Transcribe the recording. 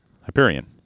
Hyperion